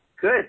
Good